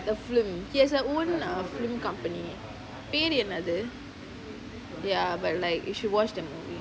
the film he has a own err film company பெரு என்னது:peru ennathu ya but like you should watch the movie